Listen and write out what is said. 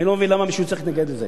אני לא מבין למה מישהו צריך להתנגד לזה.